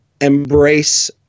embrace